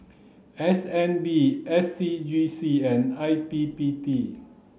S N B S C G C and I P P T